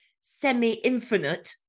semi-infinite